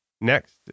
next